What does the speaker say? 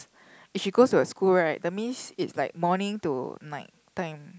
if she goes to her school right that means it's like morning to night time